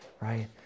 right